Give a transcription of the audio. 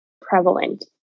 prevalent